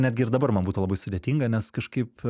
netgi ir dabar man būtų labai sudėtinga nes kažkaip